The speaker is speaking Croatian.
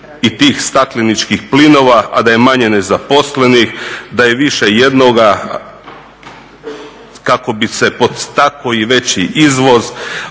i tih … plinova, a da je manje nezaposlenih, da je više jednoga, kako bi se pod … i veći izvoz,